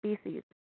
species